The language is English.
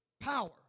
power